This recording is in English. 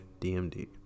DMD